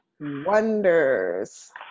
wonders